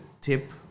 tip